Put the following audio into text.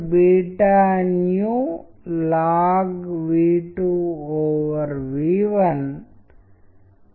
లేదా మీరు చూసే కథలో చిత్రాలు వాస్తవానికి మరింత దగ్గరగా ఉన్నాయని పదాలే దానికి అర్థాన్ని ఇస్తాయి అని మరియు అర్థాన్ని మార్చి చెప్తాయి అని చూడొచ్చు